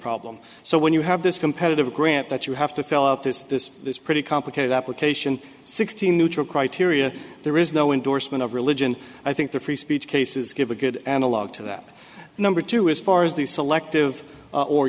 problem so when you have this competitive grant that you have to fill out this this this pretty complicated application sixteen neutral criteria there is no indorsement of religion i think the free speech cases give a good analogue to that number two as far as the selective